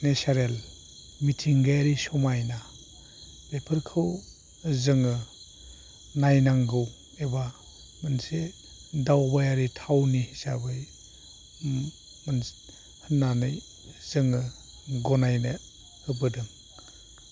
natural मिथिंगायारि समायना बेफोरखौ जोङो नायनांगौ एबा मोनसे दावबायारि थावनि हिसाबै मोनसे होननानै जोङो गनायनो होबोदों